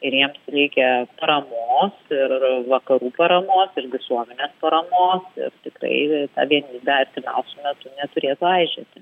ir jiems reikia paramos ir vakarų paramos ir visuomenės paramos ir tiktai vertinau metu neturėtų aižėti